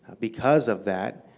because of that,